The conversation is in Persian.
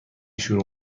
شروع